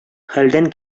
хәлдән